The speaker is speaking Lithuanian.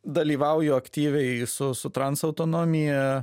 dalyvauju aktyviai su su trans autonomija